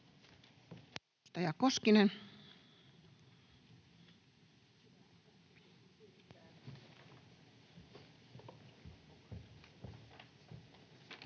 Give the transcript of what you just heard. Kiitos.